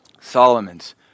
Solomon's